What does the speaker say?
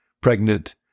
pregnant